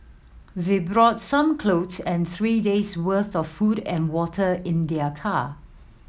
they brought some clothes and three days' worth of food and water in their car